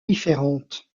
différentes